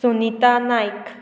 Sunita Naik